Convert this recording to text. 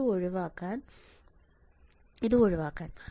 ഇത് ഒഴിവാക്കാൻ